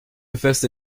invest